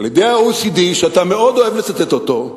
על-ידי ה-OECD, שאתה מאוד אוהב לצטט אותו,